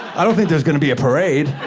i don't think there's gonna be a parade,